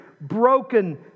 broken